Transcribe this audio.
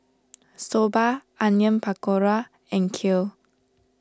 Soba Onion Pakora and Kheer